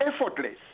effortless